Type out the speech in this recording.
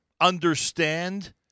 understand